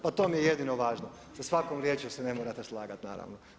Pa to vam je jedino važno, sa svakom riječju se ne morate slagati naravno.